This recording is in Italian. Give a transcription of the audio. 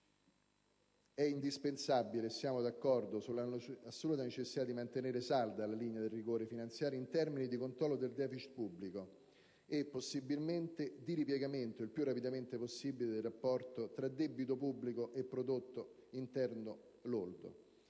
indispensabile, sull'assoluta necessità di mantenere salda la linea del rigore finanziario in termini di controllo del deficit pubblico e, possibilmente, di ripiegamento - il più rapido possibile - del rapporto tra debito pubblico e prodotto interno lordo.